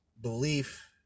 belief